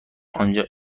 آنجا